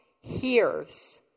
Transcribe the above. hears